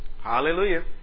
Hallelujah